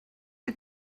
you